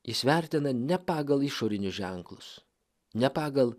jis vertina ne pagal išorinius ženklus ne pagal